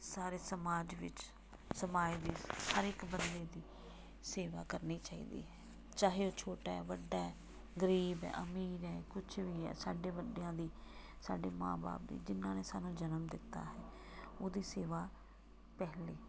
ਸਾਰੇ ਸਮਾਜ ਵਿੱਚ ਸਮਾਜ ਦੇ ਹਰ ਇੱਕ ਬੰਦੇ ਦੀ ਸੇਵਾ ਕਰਨੀ ਚਾਹੀਦੀ ਹੈ ਚਾਹੇ ਉਹ ਛੋਟਾ ਹੈ ਵੱਡਾ ਹੈ ਗਰੀਬ ਹੈ ਅਮੀਰ ਹੈ ਕੁਛ ਵੀ ਹੈ ਸਾਡੇ ਵੱਡਿਆਂ ਦੀ ਸਾਡੇ ਮਾਂ ਬਾਪ ਦੀ ਜਿਹਨਾਂ ਨੇ ਸਾਨੂੰ ਜਨਮ ਦਿੱਤਾ ਹੈ ਉਹਦੀ ਸੇਵਾ ਪਹਿਲੇ